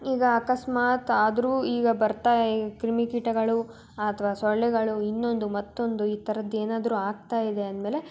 ಈಗ ಅಕಸ್ಮಾತ್ ಆದರೂ ಈಗ ಬರ್ತಾ ಈ ಕ್ರಿಮಿಕೀಟಗಳು ಅಥವಾ ಸೊಳ್ಳೆಗಳು ಇನ್ನೊಂದು ಮತ್ತೊಂದು ಈ ಥರದ್ದು ಏನಾದ್ರೂ ಆಗ್ತಾ ಇದೆ ಅಂದ ಮೇಲೆ